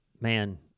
man